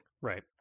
Right